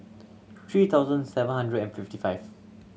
three thousand seven hundred and fifty five